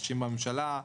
אנשים בממשלה חשבו,